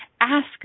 Ask